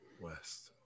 West